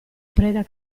preda